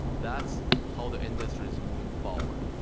that's how the industry is moving forward.